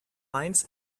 lines